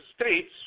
states